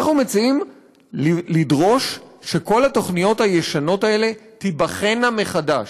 אנחנו מציעים לדרוש שכל התוכניות הישנות האלה תיבחנה מחדש,